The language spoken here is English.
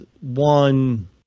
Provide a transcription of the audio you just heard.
one